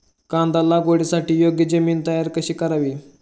कांदा लागवडीसाठी योग्य जमीन तयार कशी करावी?